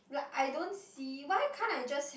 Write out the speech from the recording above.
like I don't see why can't I just